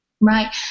Right